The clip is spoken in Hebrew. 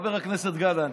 חבר הכנסת גלנט,